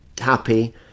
happy